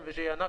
לפי העניין,